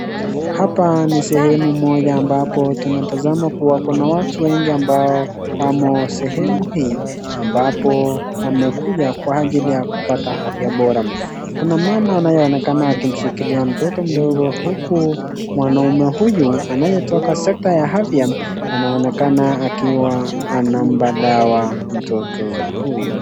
Hapa ni sehemu moja ambapo tunatazama kuwa kuna watu wengi ambao wamo sehemu hii, ambapo wamekuja kwa ajili ya kupata afya bora. Kuna mama anayeonekana akimshikilia mtoto mdogo, huku mwanaume huyu anayetoka sekta ya afya anaonekana akiwa anampa dawa mtoto huyu.